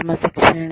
క్రమశిక్షణ